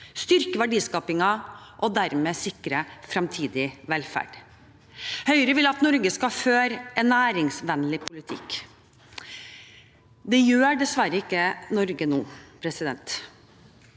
styrke verdiskapingen og dermed sikre fremtidig velferd. Høyre vil at Norge skal føre en næringsvennlig politikk. Det gjør dessverre ikke Norge nå. Norge